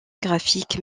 graphique